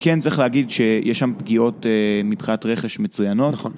כן, צריך להגיד שיש שם פגיעות מבחינת רכש מצוינות. נכון